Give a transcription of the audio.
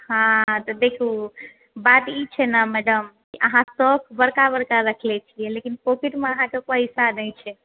हॅं तऽ देखू बात ई छै ने मैडम कि अहाँ सोख बड़का बड़का रखने छियै लेकिन पॉकेट मे अहाँके पैसा नहि छै